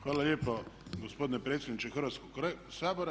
Hvala lijepo gospodine predsjedniče Hrvatskog sabora.